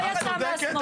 לא יצא מהשמאל.